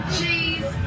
Cheese